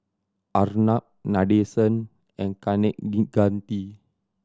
Arnab Nadesan and Kaneganti